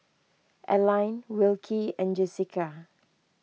Alline Wilkie and Jessica